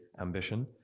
ambition